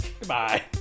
goodbye